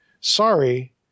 Sorry